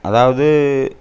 அதாவது